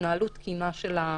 התנהלות תקינה של המלון.